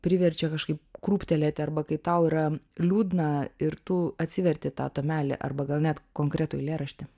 priverčia kažkaip krūptelėti arba kai tau yra liūdna ir tu atsiverti tą tomelį arba gal net konkretų eilėraštį